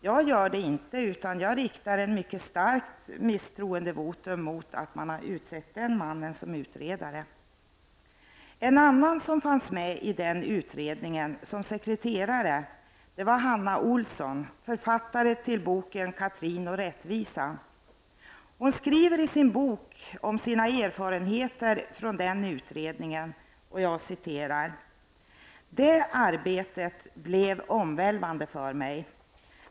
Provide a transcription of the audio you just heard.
Jag gör det inte, utan jag riktar ett mycket starkt misstroendevotum mot att man har utsett den mannen till utredare. En annan person som fanns med i den utredningen som sekreterare var Hanna Olsson, författare till boken Catrin och rättvisan. Hon skriver i sin bok bl.a. följande om sina erfarenheter från utredningen: ''Det arbetet blev omvälvande för mig.